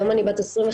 היום אני בת 25,